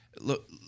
look